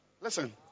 Listen